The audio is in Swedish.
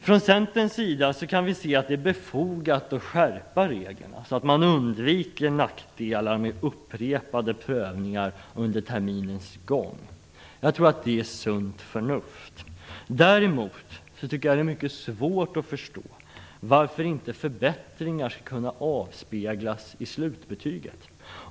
Från Centerns sida kan vi se att det är befogat att skärpa reglerna, så att man undviker nackdelar med upprepade prövningar under terminens gång. Jag tror att det är sunt förnuft. Däremot är det svårt att förstå varför inte förbättringar skall kunna avspeglas i slutbetyget.